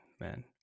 man